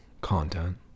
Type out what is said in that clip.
content